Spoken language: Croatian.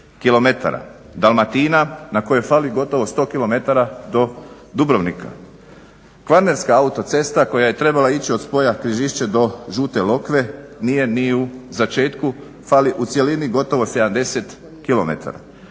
35 km, Dalmatina na kojoj fali gotovo 100 km do Dubrovnika, kvarnerska autocesta koja je trebala ići od spoja Križišće do Žute Lokve nije ni u začetku, fali u cjelini gotovo 70km.